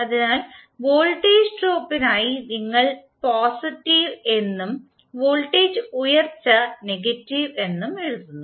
അതിനാൽ വോൾട്ടേജ് ഡ്രോപ്പിനായി നിങ്ങൾ പോസിറ്റീവ് എന്നും വോൾട്ടേജ് ഉയർച്ച നെഗറ്റീവ് എന്നും എഴുതുന്നു